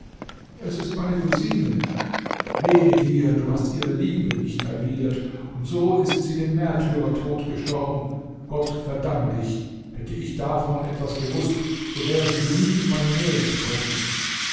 es ist meine cousine wehe dir du hast ihre liebe nicht erwidert und so ist sie den märtyrertod gestorben gott verdamme dich hätte ich davon was gewußt so wärest du nie in meine nähe gekommen